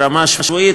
ברמה השבועית,